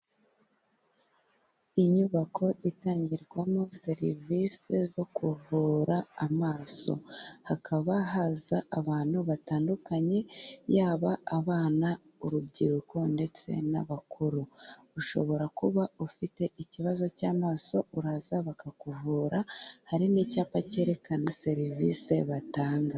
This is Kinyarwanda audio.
Inyubako itangirwamo serivisi zo kuvura amaso, hakaba haza abantu batandukanye yaba abana, urubyiruko ndetse n'abakuru, ushobora kuba ufite ikibazo cy'amaso uraza bakakuvura, hari n'icyapa cyerekana serivisi batanga.